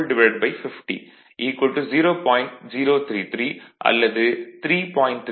033 அல்லது 3